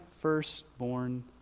firstborn